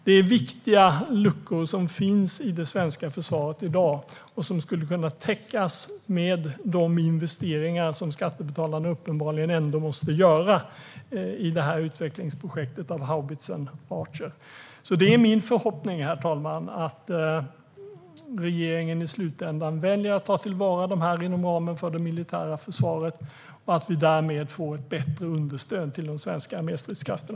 Detta är väsentliga luckor som finns i det svenska försvaret i dag och som skulle kunna täckas med de investeringar som skattebetalarna uppenbarligen ändå måste göra i utvecklingsprojektet av haubitsen Archer. Det är min förhoppning, herr talman, att regeringen i slutändan väljer att ta till vara det här inom ramen för det militära försvaret och att vi därmed får ett bättre understöd till de svenska arméstridskrafterna.